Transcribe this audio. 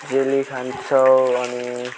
jelly खान्छौँ अनि